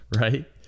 right